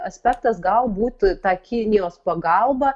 aspektas galbūt ta kinijos pagalba